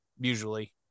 usually